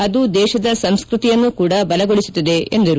ಅದು ದೇಶದ ಸಂಸ್ಕೃತಿಯನ್ನು ಕೂಡ ಬಲಗೊಳಿಸುತ್ತದೆ ಎಂದರು